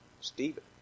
Stephen